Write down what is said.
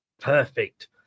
Perfect